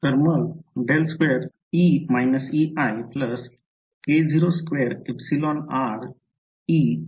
तर मग हे होईल